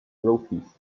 trophies